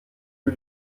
für